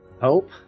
Hope